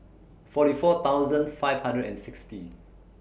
forty four thousand five hundred and sixty